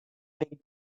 big